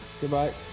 goodbye